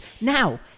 Now